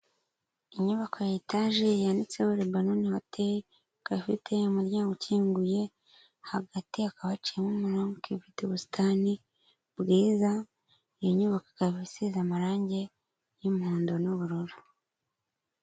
Inyubako ya etaje yanditseho rebanoni hoteri, ikaba ifite umuryango ukinguye, hagati hakaba haciyemo umurongo ugiye ufite ubusitani bwiza, iyo nyubako ikaba isize amarangi y'umuhondo n'ubururu.